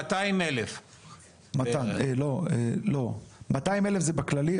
200,000. 200,000 זה בכללי.